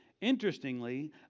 Interestingly